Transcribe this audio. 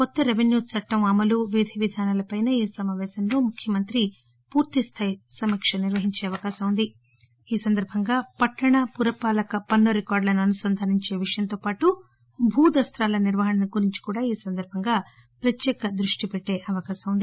కొత్త రెవెన్యూ చట్టం అమలు విధివిధానాలపై ఈ సమాపేశంలో ముఖ్యమంత్రి పూర్తి స్దాయి సమీక్ష నిర్వహించే అవకాశం ఉంది ఈ సందర్బంగా పట్టణ పురపాలక పన్ను రికార్డులను అనుసంధానించే విషయాప్తో పాటూ భూదస్తాల నిర్వహణ గురించి కూడా ఈసందర్బంగా ప్రత్యేక దృష్టి పెటిటిఈ అవకాశం ఉంది